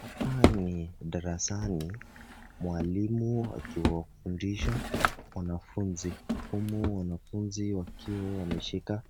Hapa ni darasani mwalimu akiwafundisha wanafunzi. Humu wanafunzi wakiwa wameshika